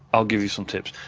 i'll give you some tips.